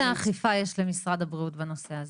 איזו אכיפה יש למשרד הבריאות בנושא הזה?